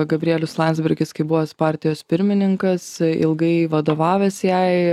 gabrielius landsbergis kaip buvęs partijos pirmininkas ilgai vadovavęs jai